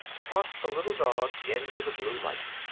tossed the little dog into the blue light.